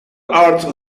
arts